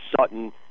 Sutton